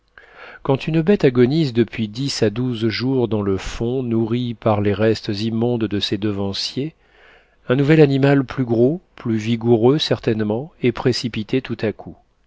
quand une bête agonise depuis dix à douze jours dans le fond nourrie par les restes immondes de ses devanciers un nouvel animal plus gros plus vigoureux certainement est précipité tout à coup